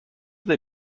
they